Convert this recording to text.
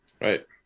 right